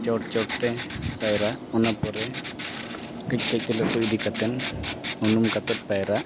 ᱪᱚᱴ ᱪᱚᱴᱛᱮ ᱯᱟᱭᱨᱟᱜ ᱚᱱᱟ ᱯᱚᱨᱮ ᱠᱟᱹᱡ ᱠᱟᱹᱡᱛᱮ ᱞᱟᱹᱴᱩ ᱤᱫᱤ ᱠᱟᱛᱮᱫ ᱩᱱᱩᱢ ᱠᱟᱛᱮᱫ ᱯᱟᱭᱨᱟᱜ